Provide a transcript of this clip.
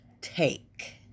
take